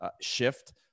shift